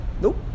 Nope